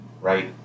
Right